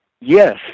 Yes